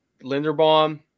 Linderbaum –